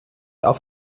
auf